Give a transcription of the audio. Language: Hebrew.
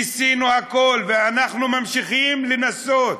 ניסינו הכול, ואנחנו ממשיכים לנסות.